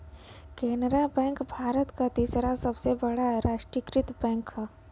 Canara bank Bharat क तीसरा सबसे बड़ा राष्ट्रीयकृत बैंक हौ